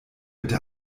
bitte